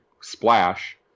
splash